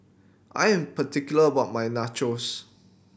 I am particular about my Nachos